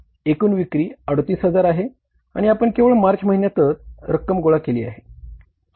एकूण विक्री 38000 आहे आणि आपण केवळ मार्च महिन्यातच रक्कम गोळा केली आहे